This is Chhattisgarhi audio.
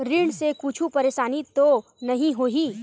ऋण से कुछु परेशानी तो नहीं होही?